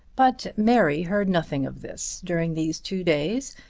but mary heard nothing of this during these two days,